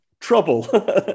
Trouble